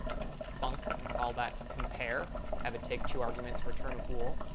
func and call that compare, have it take two arguments, return a bool.